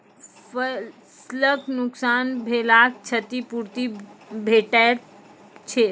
फसलक नुकसान भेलाक क्षतिपूर्ति भेटैत छै?